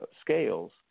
scales